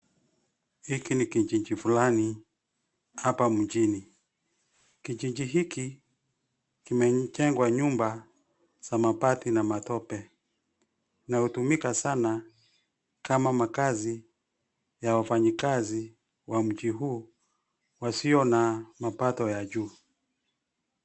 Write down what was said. Hiki ni kijiji fulani, hapa mjini, kijiji hiki, kimejengwa nyumba, za mabati na matope, inayotumika sana, kama makazi, ya wafanyikazi, wa mjii huu, wasio na mapato ya juu.